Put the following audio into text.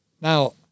Now